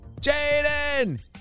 Jaden